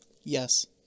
yes